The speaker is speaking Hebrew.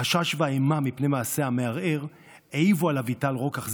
החשש והאימה מפני מעשי המערער העיבו על אביטל רוקח,